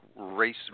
race